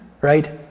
right